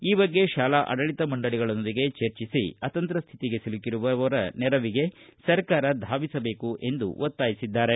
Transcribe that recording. ಈ ಬಗ್ಗೆ ಶಾಲಾ ಆಡಳಿತ ಮಂಡಳಿಗಳೊಂದಿಗೆ ಚರ್ಚಿಸಿ ಅತಂತ್ರ ಸ್ವಿತಿಗೆ ಸಿಲುಕಿರುವ ನೆರವಿಗೆ ಸರ್ಕಾರ ಧಾವಿಸಬೇಕು ಎಂದು ಒತ್ತಾಯಿಸಿದ್ದಾರೆ